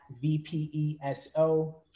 V-P-E-S-O